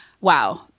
wow